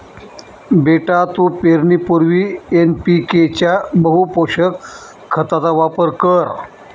बेटा तू पेरणीपूर्वी एन.पी.के च्या बहुपोषक खताचा वापर कर